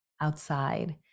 outside